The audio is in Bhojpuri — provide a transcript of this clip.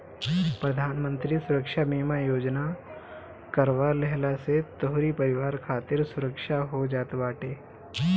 प्रधानमंत्री सुरक्षा बीमा योजना करवा लेहला से तोहरी परिवार खातिर सुरक्षा हो जात बाटे